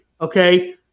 okay